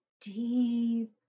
deep